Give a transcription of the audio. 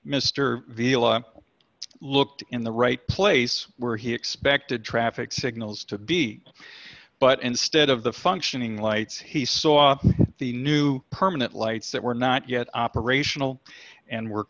mr vila looked in the right place where he expected traffic signals to be but instead of the functioning lights he saw the new permanent lights that were not yet operational and were